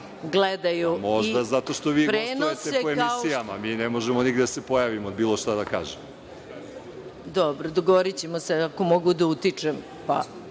Đurišić, smesta: Možda zato što vi gostujete po emisijama, mi ne možemo nigde da se pojavimo i da bilo šta da kažemo.)Dobro, dogovorićemo se, ako mogu da utičem,